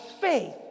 faith